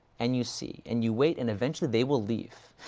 and you see, and you wait, and eventually, they will leave.